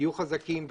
תהיו חזקים.